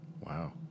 Wow